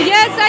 Yes